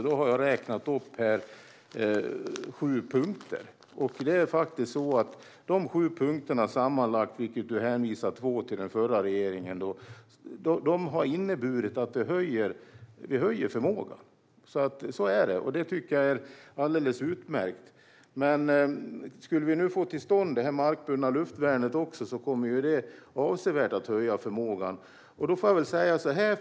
Jag har räknat upp sju punkter. Dessa punkter, varav två hänför sig till den förra regeringen, har sammantaget inneburit att vi höjer förmågan. Så är det, och det tycker jag är alldeles utmärkt. Om vi nu skulle få till stånd också det markburna luftvärnet kommer detta att höja förmågan avsevärt.